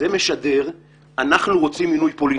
זה משדר שאנחנו רוצים מינוי פוליטי,